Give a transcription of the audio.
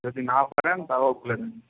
যদি নাও পারেন তাও বলে দিন